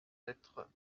être